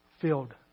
filled